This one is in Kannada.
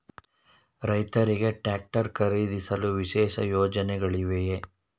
ರೈತರಿಗೆ ಟ್ರಾಕ್ಟರ್ ಖರೀದಿಸಲು ವಿಶೇಷ ಯೋಜನೆಗಳಿವೆಯೇ?